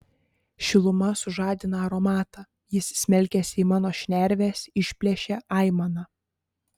šiluma sužadina aromatą jis smelkiasi į mano šnerves išplėšia aimaną